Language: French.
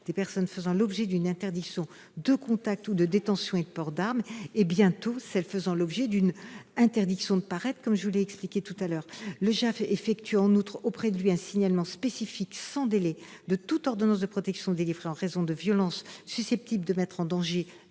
des personnes faisant l'objet d'une interdiction de contact ou de détention et de port d'armes et, bientôt, de celles qui feront l'objet d'une interdiction de paraître. Le juge aux affaires familiales effectue en outre auprès de lui un signalement spécifique sans délai de toute ordonnance de protection délivrée en raison de violences susceptibles de mettre en danger